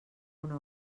una